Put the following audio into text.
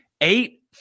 eight